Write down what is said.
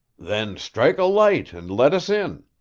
then strike a light and let us in.